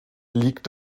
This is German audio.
liegt